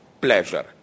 pleasure